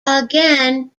again